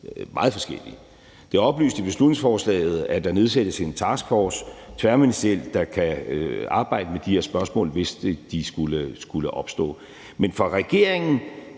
meget forskellige. Det er oplyst i beslutningsforslaget, at der nedsættes en taskforce tværministerielt, der kan arbejde med de her spørgsmål, hvis de skulle opstå. Men for regeringen